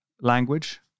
language